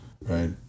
Right